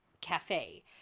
cafe